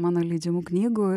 mano leidžiamų knygų